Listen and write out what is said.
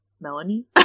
Melanie